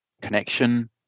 connection